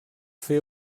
fer